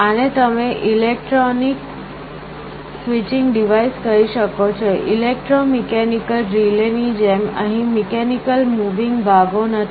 આને તમે electronic switching device કહી શકો છો ઇલેક્ટ્રોમિકૅનિકલ રિલે ની જેમ અહીં મિકૅનિકલ મૂવિંગ ભાગો નથી